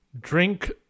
Drink